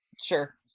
Sure